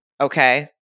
Okay